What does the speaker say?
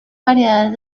variedades